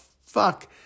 fuck